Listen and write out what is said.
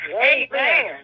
Amen